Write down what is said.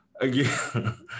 again